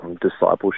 discipleship